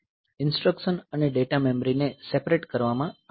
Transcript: instruction અને data મેમરીને separate કરવામાં આવે છે